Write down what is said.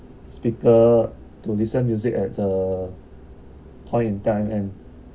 speaker to listen music at the point in time and